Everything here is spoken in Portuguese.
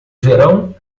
verão